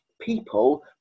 people